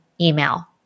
email